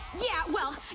yeah, well,